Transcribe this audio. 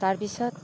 তাৰপিছত